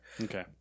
Okay